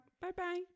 Bye-bye